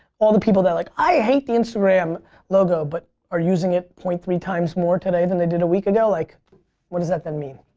all the people that like i hate the instagram logo but are using it point three times more today than they did a week ago, like what does that then mean?